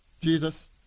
Jesus